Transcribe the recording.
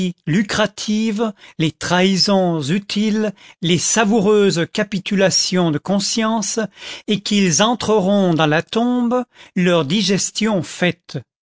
lucratives les trahisons utiles les savoureuses capitulations de conscience et qu'ils entreront dans la tombe leur digestion faite